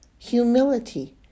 Humility